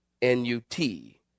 N-U-T